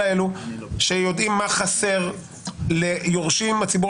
שיודעים איזה מידע חסר ליורשים מהציבור